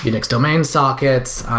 mixed domain sockets,